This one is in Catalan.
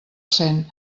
cent